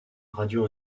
radio